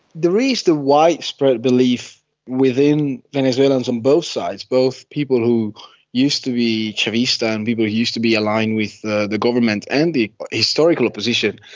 there is the widespread belief within venezuelans on both sides, those people who used to be chavista and people who used to be aligned with the the government and the historical opposition,